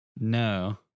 No